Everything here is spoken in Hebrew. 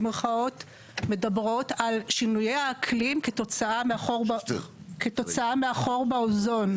מדברות על שינויי האקלים כתוצאה מהחור באוזון,